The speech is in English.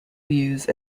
use